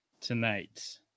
tonight